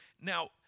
Now